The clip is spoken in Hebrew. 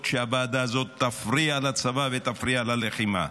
שהוועדה הזאת תפריע לצבא ותפריע ללחימה.